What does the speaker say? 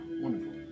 wonderful